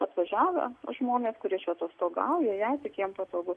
atvažiavę žmonės kurie čia atostogauja jei tik jiem patogu